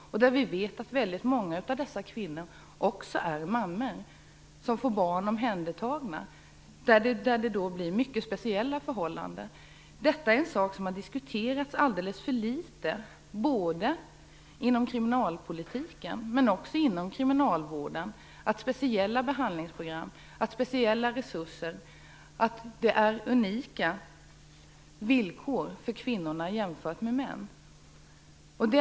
Vi vet att väldigt många av dessa kvinnor också är mammor som får sina barn omhändertagna. För dem blir förhållandena mycket speciella. Detta är en fråga som har diskuterats alldeles för litet inom kriminalpolitiken men också inom kriminalvården. Dessa kvinnor behöver speciella behandlingsprogram och speciella resurser. Kvinnornas villkor är unika jämfört med männens.